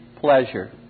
pleasure